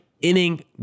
inning